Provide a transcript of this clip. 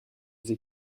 sie